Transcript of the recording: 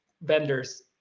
vendors